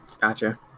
gotcha